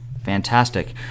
Fantastic